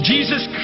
Jesus